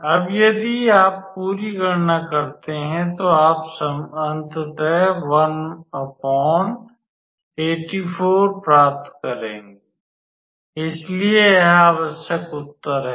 अब यदि आप पूरी गणना करते हैं तो आप अंततः 184 प्राप्त करेंगे इसलिए यह आवश्यक उत्तर है